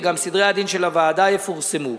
וגם סדרי-הדין של הוועדה יפורסמו.